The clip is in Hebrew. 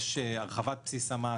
יש הרחבת בסיס המס,